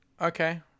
Okay